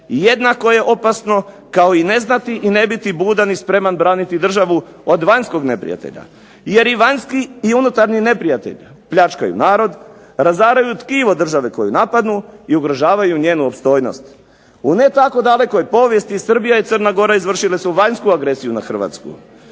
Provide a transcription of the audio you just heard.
jednako je opasno kao i ne znati i ne biti budan i spreman braniti državu od vanjskog neprijatelja, jer i vanjski i unutarnji neprijatelj pljačkaju narod, razaraju tkivo države koju napadnu i ugrožavaju njenu opstojnost. U ne tako dalekoj povijesti Srbija i Crna Gora izvršile su vanjsku agresiju na Hrvatsku.